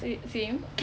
sw~ swim